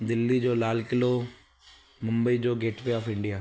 दिल्ली जो लाल क़िलो मुंबई जो गेटवे ऑफ इंडिया